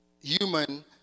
human